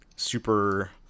Super